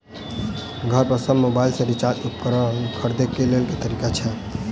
घर पर सऽ मोबाइल सऽ सिचाई उपकरण खरीदे केँ लेल केँ तरीका छैय?